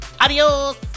Adios